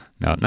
no